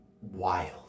wild